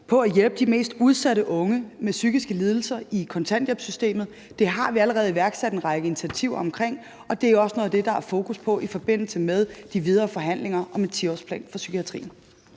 på at hjælpe de mest udsatte unge med psykiske lidelser i kontanthjælpssystemet. Det har vi allerede iværksat en række initiativer omkring, og det er også noget af det, der er fokus på i forbindelse med de videre forhandlinger om en 10-årsplan for psykiatrien.